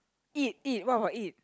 eat eat what about eat